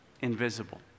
invisible